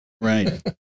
Right